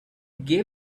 gave